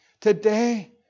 today